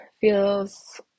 feels